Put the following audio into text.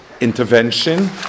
intervention